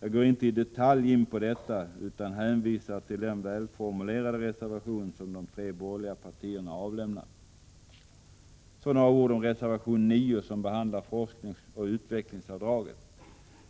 Jag går inte i detalj in på detta utan hänvisar till den välformulerade reservation som de tre borgerliga partierna avlämnat. Så några ord om reservation 9, som behandlar forskningsoch utvecklingsavdraget.